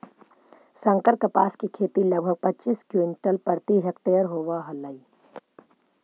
संकर कपास के खेती लगभग पच्चीस क्विंटल प्रति हेक्टेयर होवऽ हई